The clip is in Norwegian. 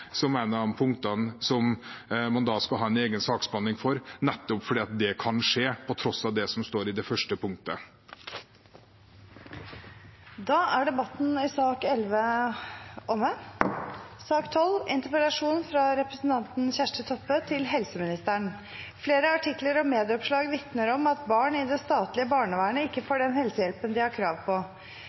punktene hvor man skal ha en egen saksbehandling, nettopp fordi det kan skje på tross av det som står i det første punktet. Debatten i sak nr. 11 er dermed avsluttet. Bakgrunnen for denne interpellasjonen er at Stortinget har fått fleire rapportar og tilbakemeldingar om at sjuke barn i barnevernet ikkje får den helsehjelpa dei har behov for. Både i barneverns- og helselovgivinga vert det stilt krav